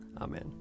Amen